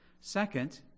Second